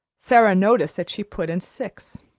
sara noticed that she put in six.